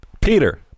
Peter